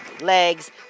legs